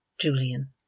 Julian